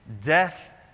death